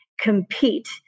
compete